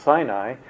Sinai